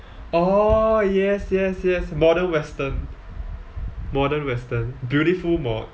oh yes yes yes modern western modern western beautiful mod